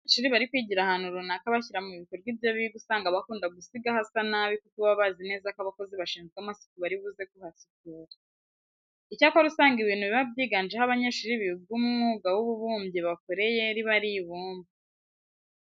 Iyo abanyeshuri bari kwigira ahantu runaka bashyira mu bikorwa ibyo biga usanga bakunda gusiga hasa nabi kuko baba bazi neza ko abakozi bashinzwe amasuku bari buze kuhasukura. Icyakora usanga ibintu biba byiganje aho abanyeshuri biga umwuga w'ububumbyi bakoreye riba ari ibumba.